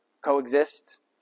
Coexist